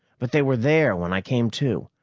but they were there when i came to.